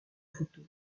photos